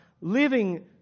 living